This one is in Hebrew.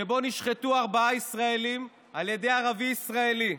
שבו נשחטו ארבעה ישראלים על ידי ערבי ישראלי,